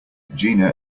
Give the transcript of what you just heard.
gina